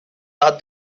that